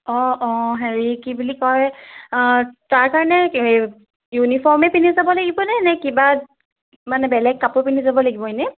অঁ অঁ হেৰি কি বুলি কয় তাৰ কাৰণে ইউনিফৰ্মেই পিন্ধি যাব লাগিবনে নে কিবা মানে বেলেগ কাপোৰ পিন্ধি যাব লাগিব এনেই